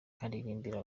nkaririmbira